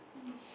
mm